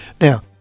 Now